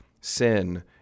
sin